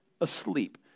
asleep